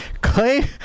Clay